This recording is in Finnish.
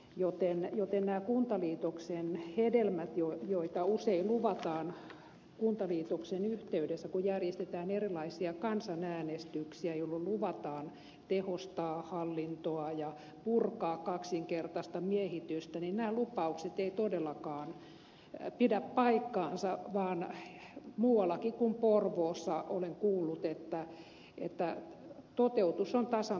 joten lupaukset näistä kuntaliitoksen hedelmistä joita usein luvataan kuntaliitoksen yhteydessä kun järjestetään erilaisia kansanäänestyksiä jolloin luvataan tehostaa hallintoa ja purkaa kaksinkertaista miehitystä eivät todellakaan pidä paikkaansa vaan muuallakin kuin porvoossa olen kuullut että toteutus on tasan päinvastainen